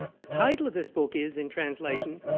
the title of this book is, in translation,